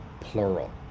plural